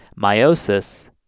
meiosis